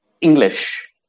English